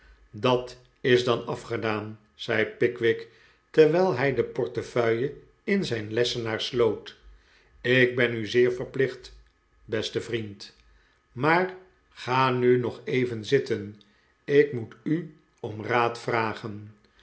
dat is dan afgedaan zei pickwick terwijl hij de portefeuille in zijn lessenaar sloot ik ben u zeer verplicht beste vriend maar ga nu nog even zittenj ik moet u om raad vragen